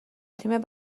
تیم